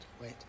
wait